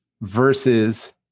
versus